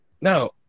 no